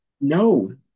No